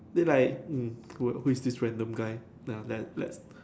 they like mm who are who is this random guy ya then let's